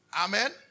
Amen